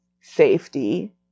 safety